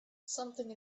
something